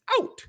out